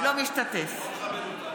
אינו משתתף בהצבעה